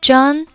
John